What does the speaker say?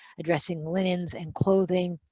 addressing linens and clothing,